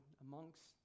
amongst